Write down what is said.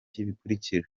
bikurikira